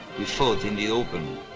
we fought in the open.